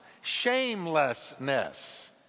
shamelessness